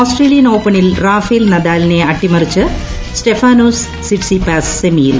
Australian ഓപ്പണിൽ Rafael നദാലിനെ അട്ടിമറിച്ച് സ്റ്റെഫാനോസ് സിറ്റ് സിപാസ് സെമിയിൽ